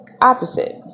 Opposite